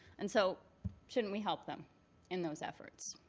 and so shouldn't we help them in those efforts?